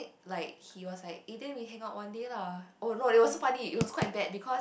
like he was like eh then we hang out one day lah oh no it was so funny it was quite bad because